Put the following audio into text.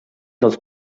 dels